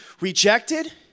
rejected